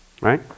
Right